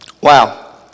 Wow